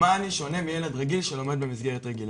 מה אני שונה מילד רגיל שלומד במסגרת רגילה?